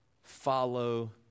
Follow